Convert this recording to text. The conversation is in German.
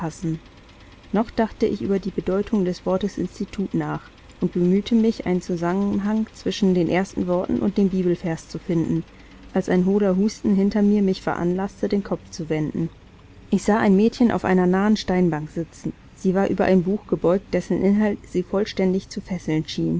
noch dachte ich über die bedeutung des wortes institut nach und bemühte mich einen zusammenhang zwischen den ersten worten und dem bibelvers zu finden als ein hohler husten hinter mir mich veranlaßte den kopf zu wenden ich sah ein mädchen auf einer nahen steinbank sitzen sie war über ein buch gebeugt dessen inhalt sie vollständig zu fesseln schien